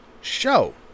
show